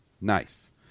Nice